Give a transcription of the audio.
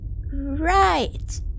Right